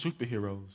superheroes